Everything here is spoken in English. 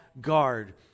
guard